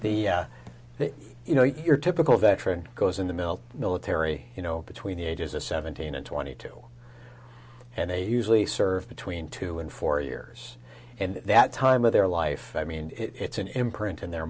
have the you know your typical veteran goes in the middle military you know between the ages of seventeen and twenty two and they usually serve between two and four years and that time of their life i mean it's an imprint in their